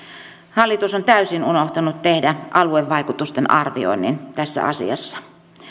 hallitus on täysin unohtanut tehdä aluevaikutusten arvioinnin tässä asiassa